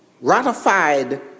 ratified